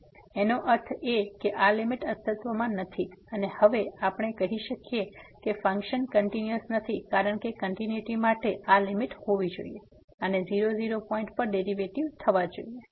તેથી એનો અર્થ એ કે આ લીમીટ અસ્તિત્વમાં નથી અને હવે આપણે કહી શકીએ કે ફંક્શન કંટીન્યુઅસ નથી કારણ કે કંટીન્યુટી માટે આ લીમીટ હોવી જોઈએ અને 0 0 પોઈન્ટ પર ડેરીવેટીવ થવા જોઈએ